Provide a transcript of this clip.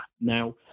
Now